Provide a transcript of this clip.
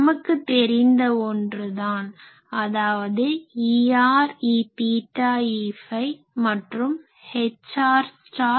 நமக்கு தெரிந்த ஒன்றுதான் அதாவது Er Eθ Eφ மற்றும் Hr Hθ Hφ